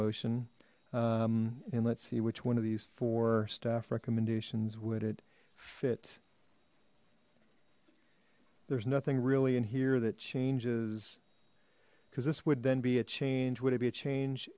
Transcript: motion and let's see which one of these four staff recommendations would it fit there's nothing really in here that changes because this would then be a change would it be a change